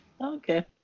Okay